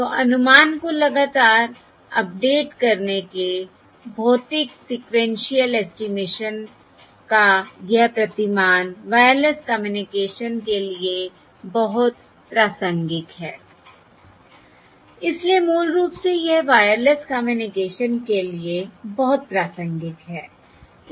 तो अनुमान को लगातार अपडेट करने के भौतिक सीक्वेन्शिअल एस्टिमेशन का यह प्रतिमान वायरलेस कम्युनिकेशन के लिए बहुत प्रासंगिक है इसलिए मूल रूप से यह वायरलेस कम्युनिकेशन के लिए बहुत प्रासंगिक है